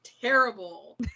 terrible